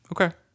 Okay